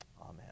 Amen